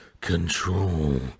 control